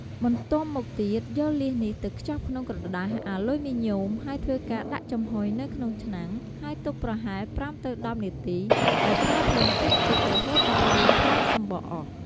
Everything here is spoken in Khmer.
បន្ទាប់មកទៀតយកលៀសនេះទៅខ្ជប់ក្នុងក្រដាសអាលុយមីញ៉ូម ហើយធ្វើការដាក់ចំហុយនៅក្នុងឆ្នាំង ហើយទុកប្រហែល ៥ ទៅ ១០ នាទី ដោយប្រើភ្លើងតិចៗ រហូតដល់លៀសបើកសំបកអស់។